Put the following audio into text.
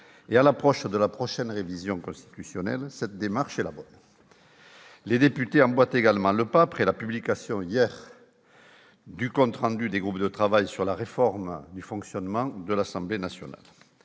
et à l'approche de la prochaine révision constitutionnelle, cette démarche est la bonne, les députés emboîter également le pas après la publication hier du compte rendu des groupes de travail sur la réforme du fonctionnement de l'Assemblée nationale,